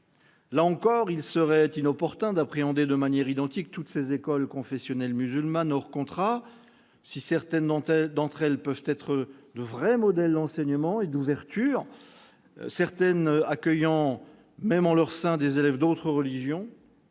Là encore, il serait inopportun d'appréhender de manière identique toutes ces écoles confessionnelles musulmanes hors contrat. Certaines d'entre elles peuvent offrir de vrais modèles d'enseignement et d'ouverture, accueillant même des élèves d'autres religions